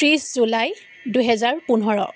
ত্ৰিছ জুলাই দুহেজাৰ পোন্ধৰ